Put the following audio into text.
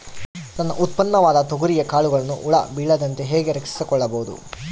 ನನ್ನ ಉತ್ಪನ್ನವಾದ ತೊಗರಿಯ ಕಾಳುಗಳನ್ನು ಹುಳ ಬೇಳದಂತೆ ಹೇಗೆ ರಕ್ಷಿಸಿಕೊಳ್ಳಬಹುದು?